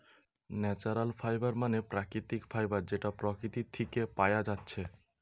natural fibre মানে প্রাকৃতিক fibre যেটা প্রকৃতি থিকে পায়া যাচ্ছে